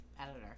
editor